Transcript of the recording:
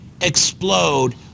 explode